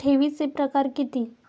ठेवीचे प्रकार किती?